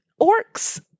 orcs